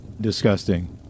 disgusting